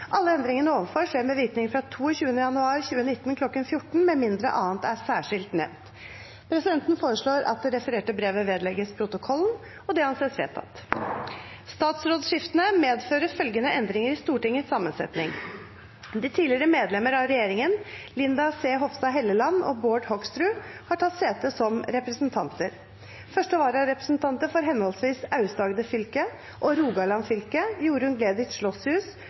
Alle endringene ovenfor skjer med virkning fra 22. januar 2019 kl. 14.00, med mindre annet er særskilt nevnt.» Presidenten foreslår at det refererte brevet vedlegges protokollen. – Det anses vedtatt. Statsrådskiftene medfører følgende endringer i Stortingets sammensetning: De tidligere medlemmer av regjeringen, Linda C. Hofstad Helleland og Bård Hoksrud , har tatt sete som representanter. Første vararepresentanter for henholdsvis Aust-Agder fylke og Rogaland fylke, Jorunn